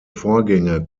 vorgänge